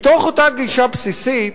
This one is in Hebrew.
מתוך אותה גישה בסיסית,